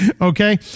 Okay